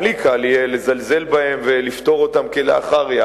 גם לי קל יהיה לזלזל בהם ולפטור אותם כלאחר-יד,